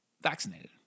vaccinated